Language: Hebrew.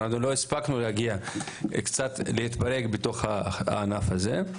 אנחנו לא הספקנו להגיע, קצת להתברג בתוך הענף הזה.